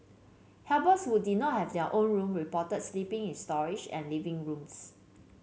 helpers who did not have their own room reported sleeping in storage and living rooms